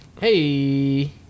Hey